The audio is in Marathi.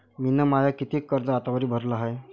मिन माय कितीक कर्ज आतावरी भरलं हाय?